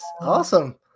Awesome